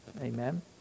Amen